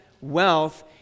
wealth